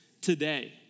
today